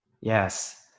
Yes